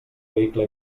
vehicle